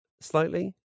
slightly